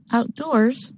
Outdoors